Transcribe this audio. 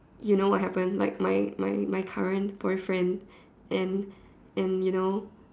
you know what happened like my my my current boyfriend and and you know